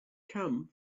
come